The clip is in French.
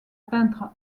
peintres